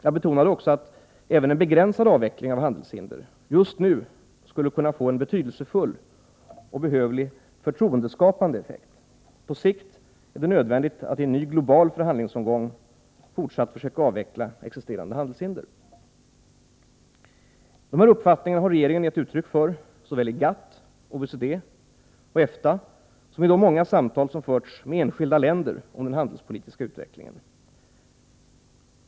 Jag betonade också att även en begränsad avveckling av handelshinder just nu skulle kunna få en betydelsefull och behövlig förtroendeskapande effekt. På sikt är det nödvändigt att i en ny global förhandlingsomgång fortsatt försöka avveckla existerande handelshinder. Dessa uppfattningar har regeringen gett uttryck för såväl i GATT, OECD och EFTA som i de många samtal som förts med enskilda länder om den handelspolitiska utvecklingen.